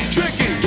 Tricky